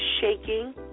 shaking